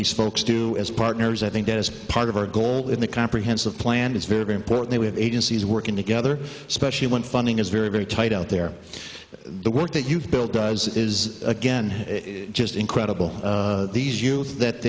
these folks do as partners i think as part of our goal in the comprehensive plan it's very important that we have agencies working together especially when funding is very very tight out there the work that you've built does is again just incredible these youth that